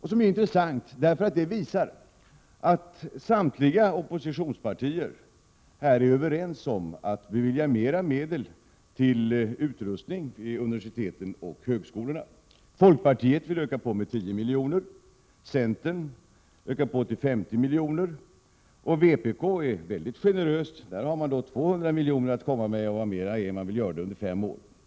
Det är intressant därför att det visar att samtliga oppositionspartier är överens om att bevilja mera medel till utrustning vid universitet och högskolor. Folkpartiet vill öka på med 10 milj.kr., centern vill öka med 50 milj.kr.och vpk är mycket generöst — där har man 200 milj.kr. att komma med, och vad mera är, man vill göra det under fem år. Dessutom Prot.